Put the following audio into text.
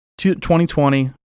2020